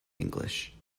english